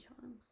times